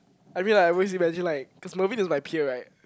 I mean I always imagine like cause Mervin is my peer right